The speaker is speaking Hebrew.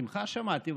בשמחה שמעתי,